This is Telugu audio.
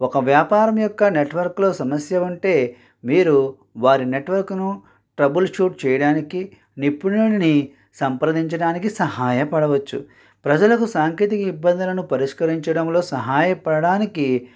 ఒక వ్యాపారం యొక్క నెట్వర్క్లో సమస్య ఉంటే మీరు వారి నెట్వర్క్ను ట్రబుల్షూట్ చేయడానికి నిపుణులని సంప్రదించడానికి సహాయపడవచ్చు ప్రజలకు సాంకేతిక ఇబ్బందులను పరిష్కరించడంలో సహాయపడడానికి